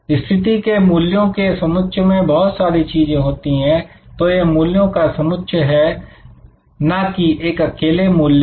स्थिति के मूल्यों के समुच्चय में बहुत सारी चीजें होती है तो यह मूल्यों का समुच्चय है ना कि एक अकेले मूल्य का